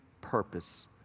purpose